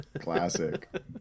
Classic